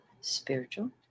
Spiritual